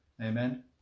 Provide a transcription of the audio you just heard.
amen